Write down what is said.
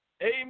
amen